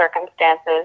circumstances